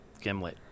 Gimlet